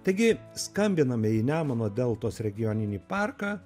taigi skambinam į nemuno deltos regioninį parką